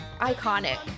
Iconic